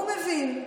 הוא מבין,